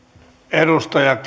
edustaja